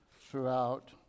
throughout